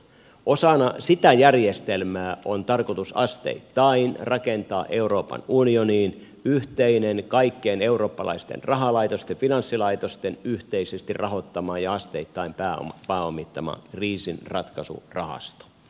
osana sitä järjestelmää on tarkoitus asteittain rakentaa euroopan unioniin yhteinen kaikkien eurooppalaisten rahalaitosten finanssilaitosten yhteisesti rahoittama ja asteittain pääomittama kriisinratkaisurahasto